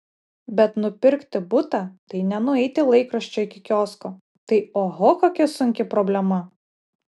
bet nupirkti butą tai ne nueiti laikraščio iki kiosko tai oho kokia sunki problema